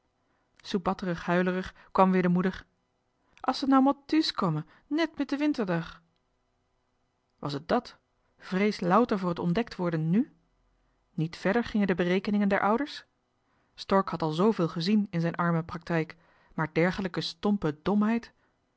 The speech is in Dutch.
om soebatterig huilerig kwam weer de moeder as se nau mot thuuskomme net mit de winterdag was het dat vrees louter voor het ontdekt worden nù niet verder gingen de berekeningen der ouders stork had al zooveel gezien in zijn armen praktijk maar dergelijke stompe domheid